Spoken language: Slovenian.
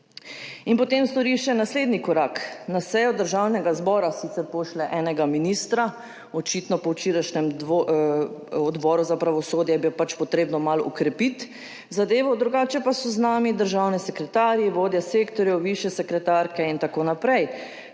in potem stori še naslednji korak: na sejo Državnega zbora sicer pošlje enega ministra, očitno po včerajšnjem Odboru za pravosodje je bilo pač potrebno malo okrepiti zadevo, drugače pa so z nami državni sekretarji, vodje sektorjev, višje sekretarke in tako naprej